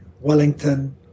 Wellington